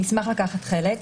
נשמח לקחת חלק.